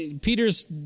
Peter's